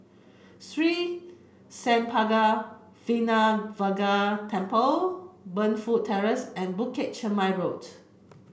Sri Senpaga Vinayagar Temple Burnfoot Terrace and Bukit Chermin Road